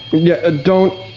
yeah, ah don't